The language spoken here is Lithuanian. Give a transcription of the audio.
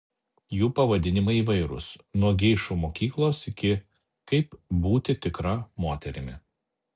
jų pavadinimai įvairūs nuo geišų mokyklos iki kaip būti tikra moterimi